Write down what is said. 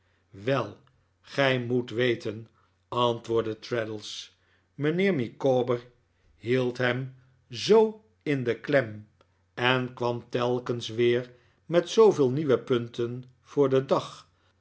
wel gij moet weten antwoordde traddles mijnheer micawber hield hem zoo in de klem en kwam telkens weer met zooveel nieuwe punten voor den dag